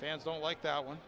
fans don't like that one